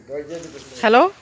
hello